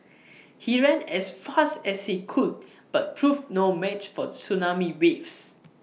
he ran as fast as he could but proved no match for the tsunami waves